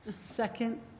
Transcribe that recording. Second